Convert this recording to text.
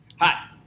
Hi